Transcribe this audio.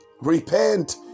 Repent